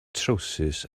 trowsus